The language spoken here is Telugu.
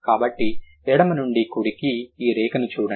కాబట్టి ఎడమ నుండి కుడికి ఈ రేఖను చూడండి